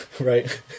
Right